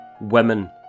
women